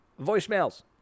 voicemails